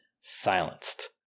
silenced